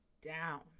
down